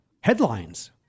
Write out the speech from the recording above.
Headlines